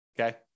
Okay